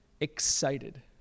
excited